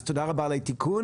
אז תודה רבה על התיקון.